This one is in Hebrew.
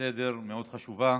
לסדר-היום מאוד חשובה.